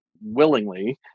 willingly